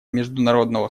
международного